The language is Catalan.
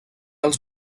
els